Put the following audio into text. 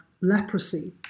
leprosy